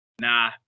nah